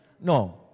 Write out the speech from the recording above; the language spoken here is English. No